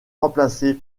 remplacées